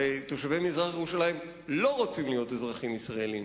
הרי תושבי מזרח-ירושלים לא רוצים להיות אזרחים ישראלים,